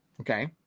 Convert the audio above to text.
okay